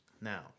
Now